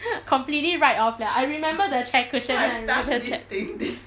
completely write off liao I remember the chair cushion I remember that